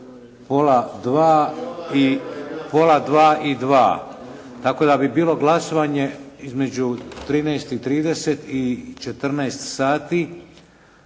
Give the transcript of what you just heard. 13,30 i 14 tako da bi bilo glasovanje između 13,30 i 14 sati.